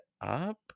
up